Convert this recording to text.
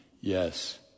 yes